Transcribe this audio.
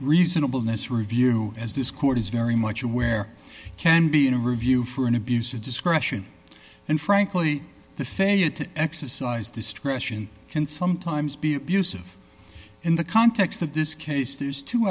reasonable this review as this court is very much aware can be in a review for an abuse of discretion and frankly the failure to exercise discretion can sometimes be abusive in the context of this case there's two